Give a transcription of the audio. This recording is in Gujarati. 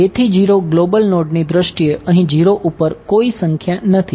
2 થી 0 ગ્લોબલ નોડની દ્રષ્ટિએ અહીં 0 ઉપર કોઈ સંખ્યા નથી